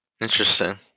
Interesting